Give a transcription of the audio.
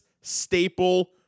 staple